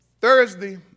Thursday